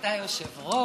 אחר להקים אותו בו,